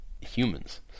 humans